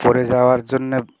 পরে যাওয়ার জন্যে